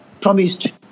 promised